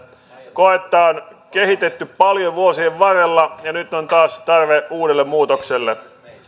koetta on kehitetty paljon vuosien varrella ja nyt on taas tarve uudelle muutokselle